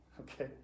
okay